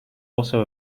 also